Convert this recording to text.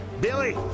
Billy